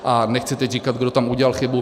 A nechci teď říkat, kdo tam udělal chybu.